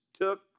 took